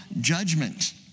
judgment